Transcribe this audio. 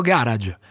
Garage